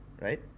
right